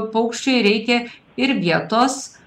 paukščiui reikia ir vietos